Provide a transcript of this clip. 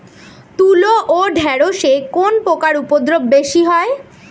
তুলো ও ঢেঁড়সে কোন পোকার উপদ্রব বেশি হয়?